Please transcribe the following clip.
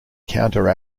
counter